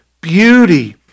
beauty